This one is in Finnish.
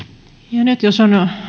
nyt jos on